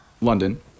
London